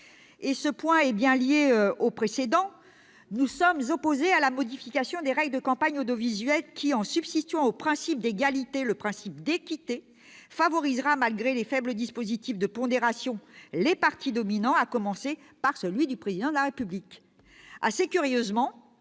ce point est bien lié au précédent, nous sommes opposés à la modification des règles de la campagne audiovisuelle, qui, en substituant au principe d'égalité celui d'équité, favorisera, malgré les- faibles -dispositifs de pondération, les partis dominants, à commencer par celui du Président de la République.